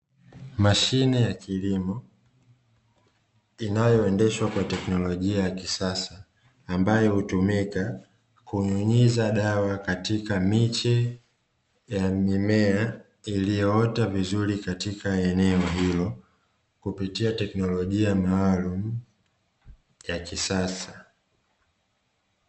Mashine ya kilimo inayoendeshwa kwa teknolojia ya kisasa, ambayo hutumika kunyunyiza dawa katika miche ya mimea iliyoota vizuri katika eneo hilo kupitia teknolojia maalumu ya kisasa.